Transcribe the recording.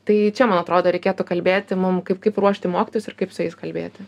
tai čia man atrodo reikėtų kalbėti mum kaip kaip ruošti mokytojus ir kaip su jais kalbėti